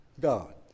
God